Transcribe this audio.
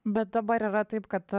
bet dabar yra taip kad